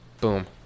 Boom